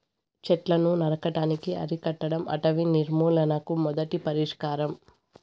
చెట్లను నరకటాన్ని అరికట్టడం అటవీ నిర్మూలనకు మొదటి పరిష్కారం